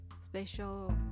special